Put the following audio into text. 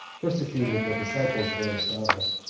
persecuted the disciples of aristotle,